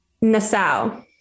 Nassau